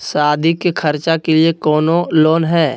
सादी के खर्चा के लिए कौनो लोन है?